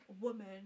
woman